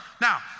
now